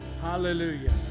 hallelujah